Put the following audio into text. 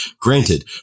granted